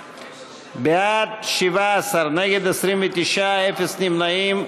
בעד, 17, נגד, 29, אפס נמנעים,